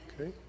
Okay